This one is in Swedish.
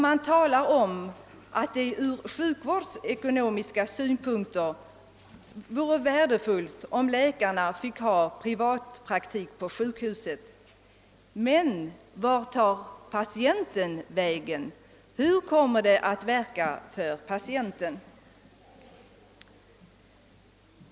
Man talar om att det ur sjukvårdsekonomiska synpunkter kunde vara befogat om läkarna fick ha privatpraktik på sjukhuset. Men vart tar patienten vägen? Hur kommer det att verka för patienten?